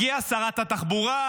הגיעה שרת התחבורה,